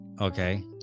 okay